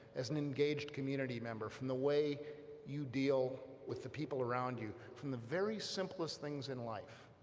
as an engaged community member from the way you deal with the people around you from the very simplest things in life